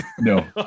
no